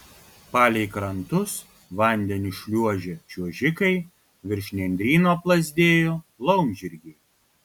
palei krantus vandeniu šliuožė čiuožikai virš nendryno plazdėjo laumžirgiai